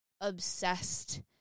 obsessed